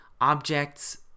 objects